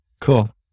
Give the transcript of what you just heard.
cool